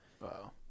Wow